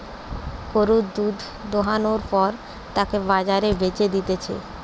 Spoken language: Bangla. গরুর দুধ দোহানোর পর তাকে বাজারে বেচে দিতেছে